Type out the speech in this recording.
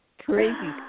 Crazy